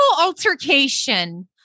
altercation